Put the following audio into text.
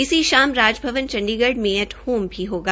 इसी सायं राजभवन चंडीगढ़ में एट होम भी होगा